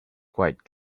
quite